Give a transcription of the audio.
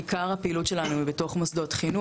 עיקר הפעילות שלנו היא בתוך מוסדות חינוך,